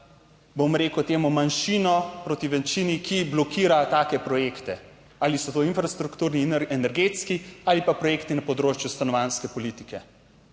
bom rekel temu, manjšino proti večini, ki blokira take projekte ali so to infrastrukturni in energetski ali pa projekti na področju stanovanjske politike.